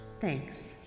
Thanks